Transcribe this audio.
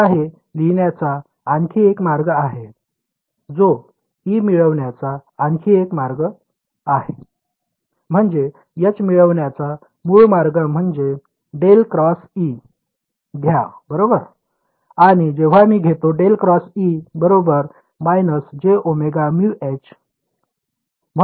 आता हे लिहिण्याचा आणखी एक मार्ग आहे जो E मिळविण्याचा आणखी एक मार्ग आहे म्हणजे H मिळवण्याचा मूळ मार्ग म्हणजे ∇× E घ्या बरोबर आणि जेव्हा मी घेतो ∇× E − jωμH